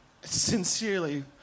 sincerely